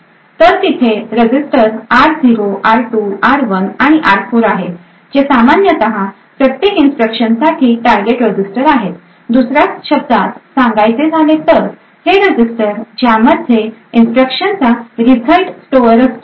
तर तिथे register r0 r2 r1आणि r4 आहे जे सामान्यतः प्रत्येक इन्स्ट्रक्शन साठी टारगेट रजिस्टर आहेत दुसऱ्या शब्दात सांगायचे झाले तर हे रजिस्टर ज्यामध्ये इन्स्ट्रक्शन चा रिझल्ट स्टोअर असतो